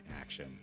action